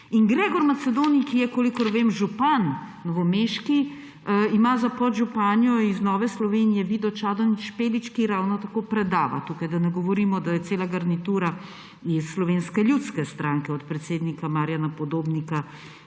Gregor Macedoni, ki je, kolikor vem, novomeški župan, ima za podžupanjo iz Nove Slovenije Vido Čadonič Špelič, ki ravno tako predava tukaj, da ne govorimo, da je cela garnitura iz Slovenske ljudske stranke od predsednik Marjana Podobnika